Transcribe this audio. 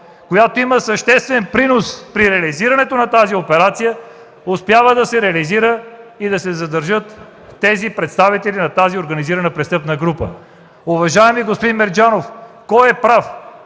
която има съществен принос при реализирането на тази операция, успява да се реализира и да се задържат тези представители на тази организирана престъпна група. Уважаеми господин Мерджанов, кой е прав